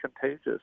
contagious